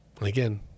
again